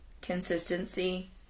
consistency